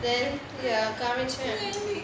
then ya காமிச்சு:kaamichu